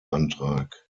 antrag